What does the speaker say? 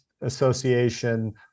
Association